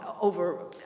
over